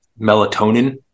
melatonin